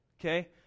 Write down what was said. Okay